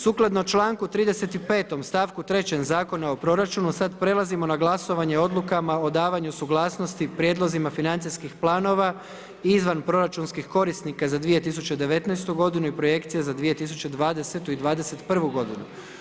Sukladno članku 35. stavku 3. Zakona o proračunu sad prelazimo na glasovanje o odlukama o davanju suglasnosti i prijedlozima financijskih planova izvanproračunskih korisnika 2019. godinu i Projekcija za 2020. i 2021. godinu.